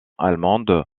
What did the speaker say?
allemande